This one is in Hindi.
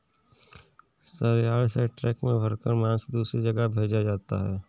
सलयार्ड से ट्रक में भरकर मांस दूसरे जगह भेजा जाता है